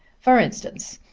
for instance,